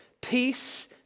peace